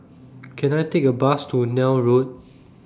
Can I Take A Bus to Neil Road